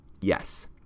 yes